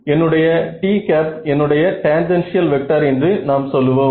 என்னுடைய t என்னுடைய tangential vector என்று நாம் சொல்வோம்